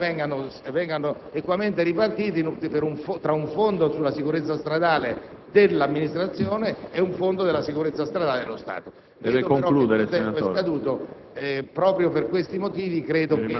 derivano da questo tipo di attività debbano essere equamente ripartite tra un fondo sulla sicurezza stradale dell'amministrazione stessa e un fondo sulla sicurezza stradale dello Stato.